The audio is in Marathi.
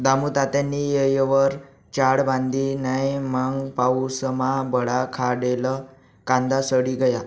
दामुतात्यानी येयवर चाळ बांधी नै मंग पाऊसमा बठा खांडेल कांदा सडी गया